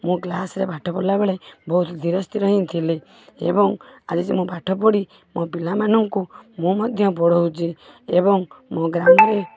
ମୁଁ କ୍ଲାସରେ ପାଠ ପଢ଼ିଲା ବେଳେ ବହୁତ ଧୀର ସ୍ଥିର ହେଇଥିଲି ଏବଂ ଆଜି ସେ ପାଠପଢ଼ି ମୋ ପିଲାମାନଙ୍କୁ ମୁଁ ମଧ୍ୟ ପଢ଼ଉଛି ଏବଂ ମୋ ଗ୍ରାମରେ